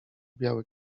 biały